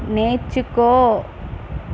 నేర్చుకో